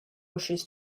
wishes